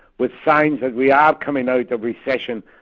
with signs that we are coming out of recession,